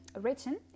written